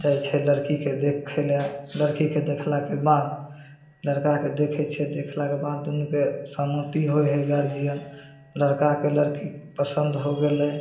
जाइ छै लड़कीके देखैलए लड़कीके देखलाके बाद लड़काके देखै छै देखलाके बाद दुनूके सहमति होइ हइ गार्जिअन लड़काके लड़की पसन्द हो गेलै